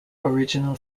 original